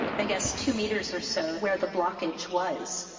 i guess, two meters or so, where the blockage was.